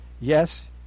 Yes